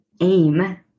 AIM